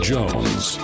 Jones